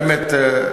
באמת,